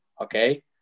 Okay